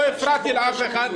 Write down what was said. לא הפרעתי לאף אחד.